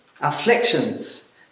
afflictions